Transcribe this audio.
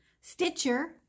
Stitcher